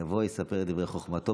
יבוא ויספר את דברי חוכמתו.